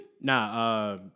Nah